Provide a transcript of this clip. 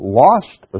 lost